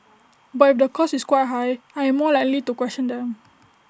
but if the cost is quite high I am more likely to question them